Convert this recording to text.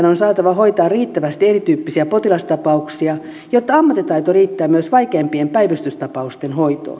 on saatava hoitaa arkipäivän työssään riittävästi erityyppisiä potilastapauksia jotta ammattitaito riittää myös vaikeimpien päivystystapausten